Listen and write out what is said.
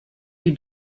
you